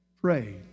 Pray